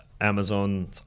Amazon